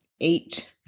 eight